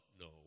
no